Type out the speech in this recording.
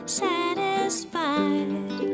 satisfied